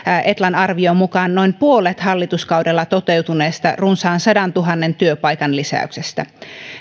etlan arvion mukaan noin puolet hallituskaudella toteutuneesta runsaan sadantuhannen työpaikan lisäyksestä